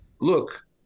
look